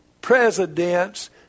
presidents